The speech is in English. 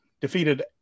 defeated